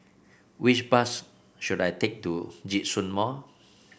which bus should I take to Djitsun Mall